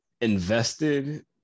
invested